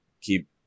keep